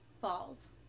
falls